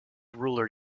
ruler